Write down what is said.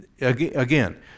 again